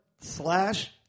Slash